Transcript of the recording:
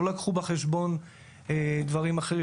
לא לקחו בחשבון דברים אחרים.